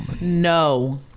No